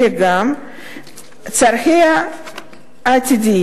אלא גם את צרכיה העתידיים,